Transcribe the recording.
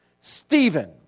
Stephen